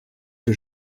que